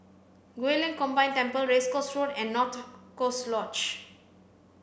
Guilin Combined Temple Race Course Road and North Coast Lodge